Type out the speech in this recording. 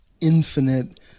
infinite